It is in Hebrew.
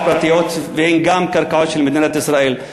פרטיות והן גם קרקעות של מדינת ישראל.